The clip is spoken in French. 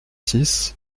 six